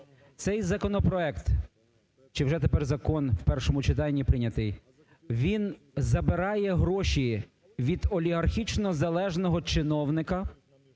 Цей законопроект чи вже тепер закон, в першому читанні прийнятий, він забирає гроші від олігархічно залежного чиновника,